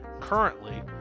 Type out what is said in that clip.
currently